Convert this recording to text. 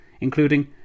including